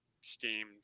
steamed